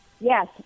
Yes